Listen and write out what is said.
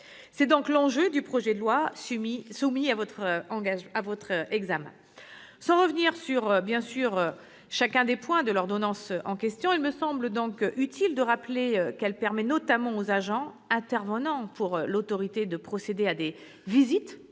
C'est l'enjeu du projet de loi soumis à votre examen. Sans revenir sur chacun des points de l'ordonnance en question, je crois utile de rappeler qu'elle permet notamment aux agents intervenant pour l'Autorité de procéder à des visites